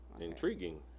intriguing